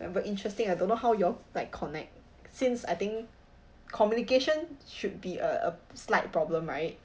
ya but interesting I don't know how you'll like connect since I think communication should be a a slight problem right